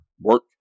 Work